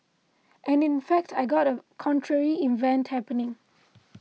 and in fact I got a contrary event happening